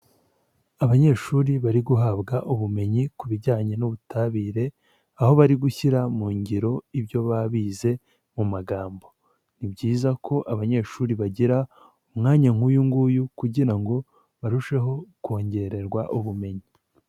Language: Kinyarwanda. Abanyeshuri bari guhabwa ubumenyi ku bijyanye n'ubutabire aho bari gushyira mu ngiro ibyo babize mu magambo, ni byiza ko abanyeshuri bagira umwanya nk'uyu nguyu kugira ngo barusheho kongererwa ubumenyi.